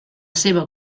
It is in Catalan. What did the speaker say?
seva